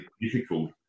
difficult